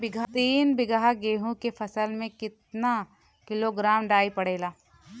तीन बिघा गेहूँ के फसल मे कितना किलोग्राम डाई पड़ेला?